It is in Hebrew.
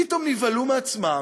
פתאום נבהלו מעצמם,